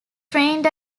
trained